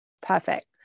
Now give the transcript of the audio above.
Perfect